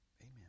Amen